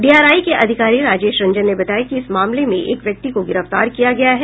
DRI के अधिकारी राजेश रंजन ने बताया कि इस मामले में एक व्यक्ति को गिरफ्तार किया गया है